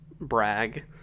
Brag